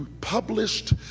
published